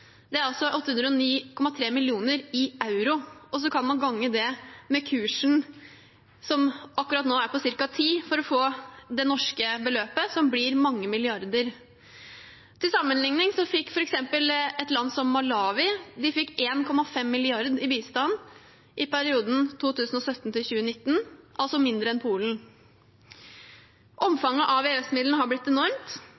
i euro, og så kan man gange det med kursen, som akkurat nå er på ca. 10, for å få det norske beløpet, som blir mange milliarder. Til sammenligning fikk f.eks. et land som Malawi 1,5 mrd. kr i bistand i perioden 2017–2019, altså mindre enn Polen.